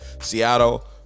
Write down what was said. Seattle